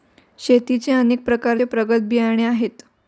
शेतीचे अनेक प्रकारचे प्रगत बियाणे आहेत